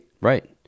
Right